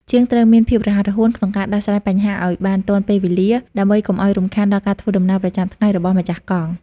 ជាងត្រូវមានភាពរហ័សរហួនក្នុងការដោះស្រាយបញ្ហាឱ្យបានទាន់ពេលវេលា ដើម្បីកុំឱ្យរំខានដល់ការធ្វើដំណើរប្រចាំថ្ងៃរបស់ម្ចាស់កង់។